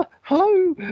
hello